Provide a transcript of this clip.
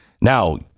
now